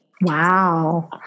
Wow